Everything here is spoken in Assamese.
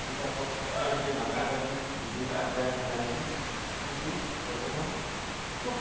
বিলাকক তেওঁলোকে নাচি বাগি বিহু গাই শুনাইছিল কিন্তু বৰ্তমান খুব